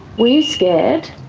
were you scared?